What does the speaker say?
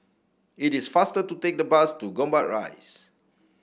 it is faster to take the bus to Gombak Rise